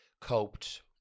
coped